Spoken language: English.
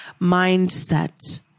mindset